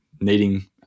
needing